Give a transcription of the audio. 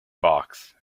box